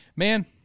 man